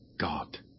God